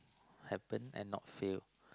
happen and not fail